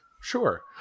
Sure